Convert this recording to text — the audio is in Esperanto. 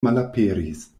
malaperis